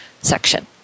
section